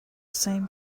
same